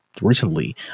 recently